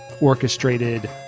orchestrated